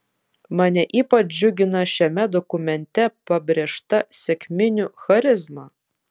mane ypač džiugina šiame dokumente pabrėžta sekminių charizma